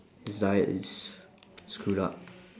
his diet is screwed up